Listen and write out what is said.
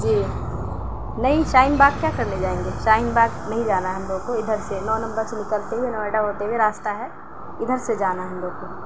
جی نہیں شاہین باغ کیا کرنے جائیں گے شاہین باغ نہیں جانا ہے ہم لوگ ادھر سے نو نمبر سے نکلتے ہوئے نوئیڈا ہوتے ہوئے راستہ ہے ادھر سے جانا ہے ہم لوگ کو